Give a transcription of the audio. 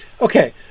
Okay